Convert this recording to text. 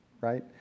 right